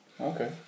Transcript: Okay